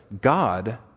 God